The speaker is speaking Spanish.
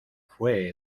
fue